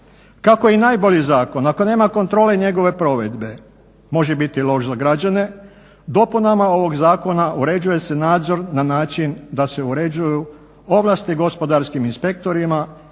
Kako i najbolji zakon, ako nema kontrole njegove provedbe može biti loš za građane. Dopunama ovog zakona uređuju se nadzor na način da se uređuju ovlasti gospodarskim inspektorima